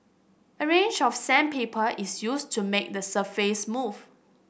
a range of sandpaper is used to make the surface smooth